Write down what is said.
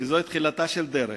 שזו תחילתה של דרך,